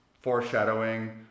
Foreshadowing